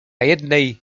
jednej